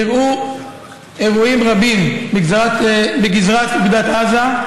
אירעו אירועים רבים בגזרת אוגדת עזה,